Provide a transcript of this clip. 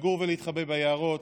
לגור ולהתחבא ביערות,